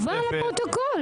תשובה לפרוטוקול.